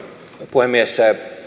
puhemies